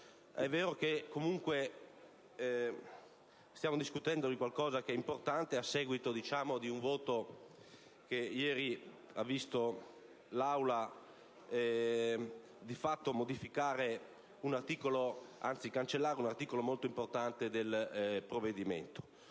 È vero che comunque stiamo discutendo una questione importante a seguito di un voto che ieri ha visto l'Assemblea di fatto cancellare un articolo molto importante del provvedimento.